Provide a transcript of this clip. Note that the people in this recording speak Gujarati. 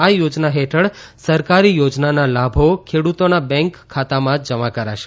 આ થોજના હેઠળ સરકારી યોજનાના લાભો ખેડૂતોના બેંક ખાતામાં જમા કરાશે